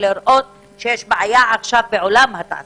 צריך לפתור את הבעיה בעולם התעסוקה,